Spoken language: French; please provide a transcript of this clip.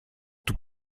tout